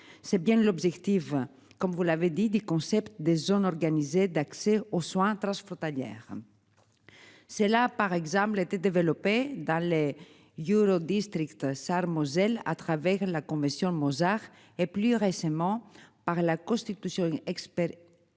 C'est bien l'objectif, comme vous l'avez dit des concepts, des zones organisée d'accès aux soins. Transfrontalière. C'est là, par exemple, été développé dans les yeux le District. Moselle à travers la confession de Mozart et plus récemment par la Constitution expert.